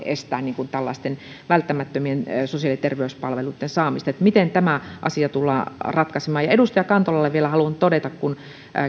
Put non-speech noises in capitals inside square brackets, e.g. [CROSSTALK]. [UNINTELLIGIBLE] estää tällaisten välttämättömien sosiaali ja terveyspalveluitten saamista eli miten tämä asia tullaan ratkaisemaan edustaja kantolalle vielä haluan todeta kun